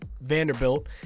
Vanderbilt